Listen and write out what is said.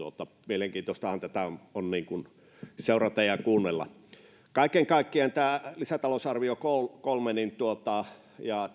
mielenkiintoistahan tätä on seurata ja kuunnella kaiken kaikkiaan tämä kolmas lisätalousarvio ja